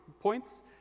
points